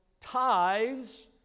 tithes